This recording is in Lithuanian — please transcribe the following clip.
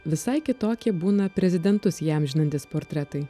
visai kitokie būna prezidentus įamžinantys portretai